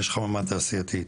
יש חומה תעשייתית,